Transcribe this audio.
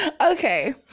Okay